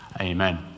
Amen